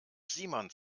simon